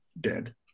dead